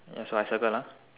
ya so I circle ah